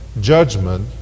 judgment